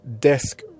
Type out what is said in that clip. desk